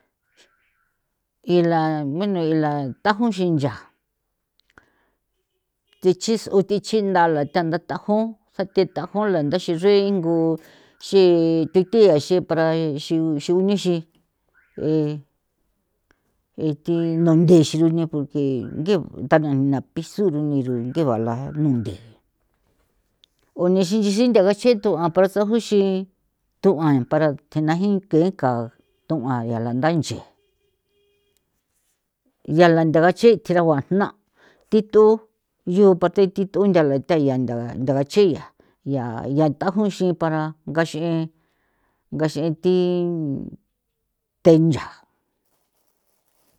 i la bueno ila nthaju sincha techi s'u thichi ntha la thantha thajon thithajon la nthaxi ringo xi thithuia xi para e xi xi gunixi e thi nunthe xe nune porque ngi thanuntha piso nirun ngebala nunthe o nixi nchi xin ntha gaxetho a para sajuxin thua para thenajiin ke ka thuaa yala nchi tseragua na thi thu yu parte thith'u ntha la taya nda gachia ya thajoxin para ngax'e ngax'e thi thenya.